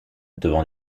devant